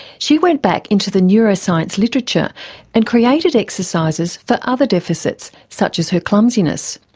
she went back into the neuroscience literature and created exercises for other deficits such as her clumsiness.